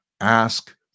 ask